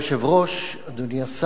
אדוני היושב-ראש, תודה, אדוני השר,